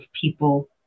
people